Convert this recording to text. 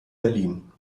berlin